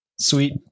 sweet